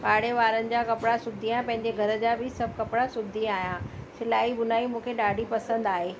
पाड़े वारनि जा कपिड़ा सिबंदी आं पंहिंजे घर जा बि सभु कपिड़ा सिबंदी आहियां सिलाई बुनाई मूंखे ॾाढी पसंदि आहे